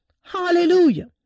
Hallelujah